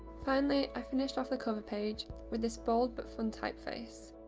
finally, i finished off the cover page with this bold but fun typeface.